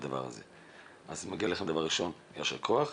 מגיע לכם יישר כוח.